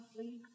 please